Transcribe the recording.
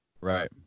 Right